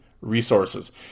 resources